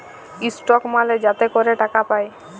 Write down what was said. stock মালে যাতে ক্যরে টাকা পায়